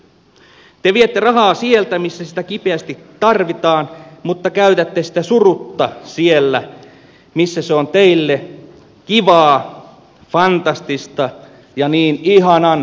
te viette rahaa sieltä missä sitä kipeästi tarvitaan mutta käytätte sitä surutta siellä missä se on teille kivaa fantastista ja niin ihanan globaalia